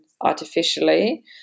artificially